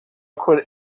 could